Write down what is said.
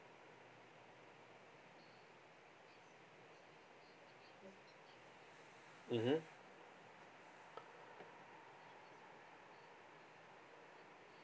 mmhmm